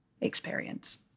experience